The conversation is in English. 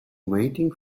waiting